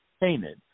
painted